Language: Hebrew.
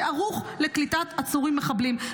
שערוך לקליטת עצורים מחבלים.